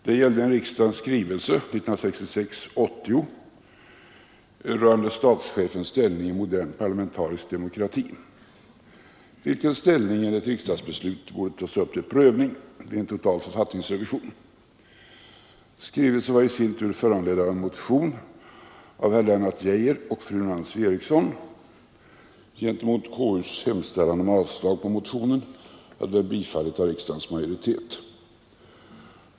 Det gällde en riksdagens skrivelse, 1966:80, rörande statschefens ställning i en modern parlamentarisk demokrati, vilken ställning enligt riksdagsbeslut borde tas upp till prövning vid en total författningsrevision. Skrivelsen var i sin tur föranledd av en motion av herr Lennart Geijer och fru Nancy Eriksson. Gentemot konstitutionsutskottets hemställan om avslag på motionen hade den bifallits av riksdagens majoritet.